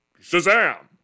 Shazam